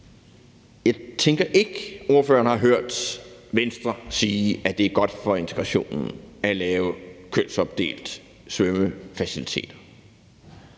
Jeg tænker ikke, at ordføreren har hørt Venstre sige, at det er godt for integrationen at lave kønsopdelte svømmefaciliteter.